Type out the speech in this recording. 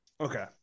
Okay